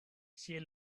she